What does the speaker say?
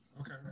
Okay